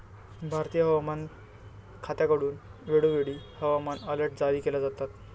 भारतीय हवामान खात्याकडून वेळोवेळी हवामान अलर्ट जारी केले जातात